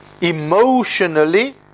emotionally